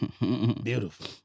beautiful